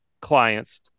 clients